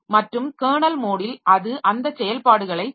மற்றும் கெர்னல் மோடில் அது அந்த செயல்பாடுகளைச் செய்யும்